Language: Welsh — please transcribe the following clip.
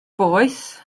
boeth